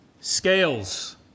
scales